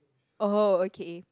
oh okay